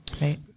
right